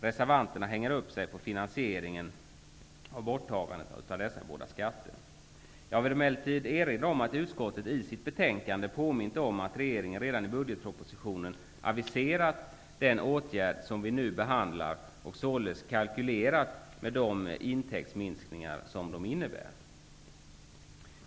Reservanterna hänger upp sig på finansieringen av borttagandet av dessa båda skatter. Jag vill emellertid erinra om att utskottet i sitt betänkande påmint om att regeringen redan i budgetpropositionen aviserat den åtgärd som vi nu behandlar och således kalkylerat med de intäktsminskningar som den innebär.